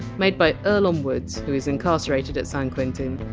made by earlonne woods, who is incarcerated at san quentin,